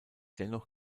dennoch